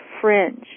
fringe